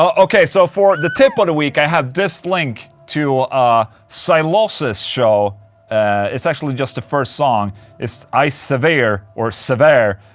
ok, so for the tip of the week i have this link to a sylosis show it's actually just the first song it's i severe or sever